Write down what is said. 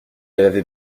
avait